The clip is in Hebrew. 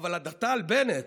אבל הדתה על בנט?